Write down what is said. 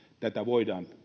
voidaan